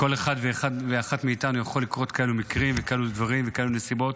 לכל אחד ואחת מאיתנו יכולים לקרות כאלה מקרים וכאלה דברים וכאלה נסיבות,